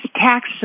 tax